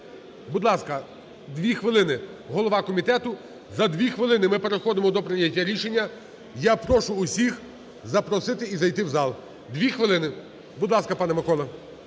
Будь ласка, 2 хвилини голова комітету. За 2 хвилини ми переходимо до прийняття рішення. Я прошу всіх запросити і зайти в зал. 2 хвилини, будь ласка, пане Миколо.